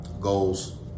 goals